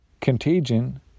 contagion